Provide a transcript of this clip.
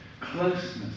closeness